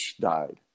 died